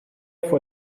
for